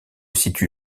situe